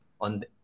on